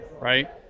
right